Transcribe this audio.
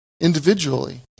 individually